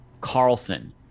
Carlson